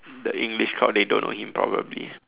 the English crowd they don't know him probably